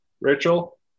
Rachel